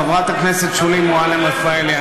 חברת הכנסת שולי מועלם-רפאלי.